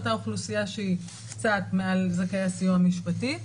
אותה אוכלוסייה שהיא קצת מעל זכאי הסיוע המשפטי.